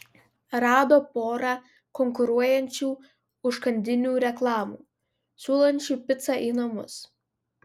rado porą konkuruojančių užkandinių reklamų siūlančių picą į namus